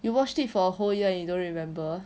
you watched it for a whole year and you don't remember